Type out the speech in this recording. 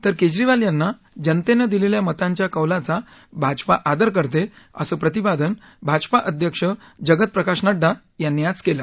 तर केजरीवाल यांना जनतेनं दिलेल्या मतांच्या कौलाचा भाजपा आदर करते असं प्रतिपादन भाजपा अध्यक्ष जगत प्रकाश नड्डा यांनी आज केलं